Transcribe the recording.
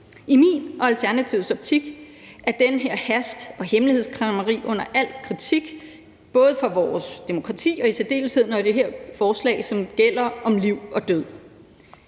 I min og Alternativets optik er det her hastværk og hemmelighedskræmmeri under al kritik, både for vores demokrati og i særdeleshed, når det som her er et forslag, som handler om liv og død.